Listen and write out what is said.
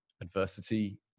adversity